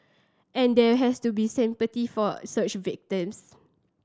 and there has to be sympathy for such victims